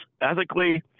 ethically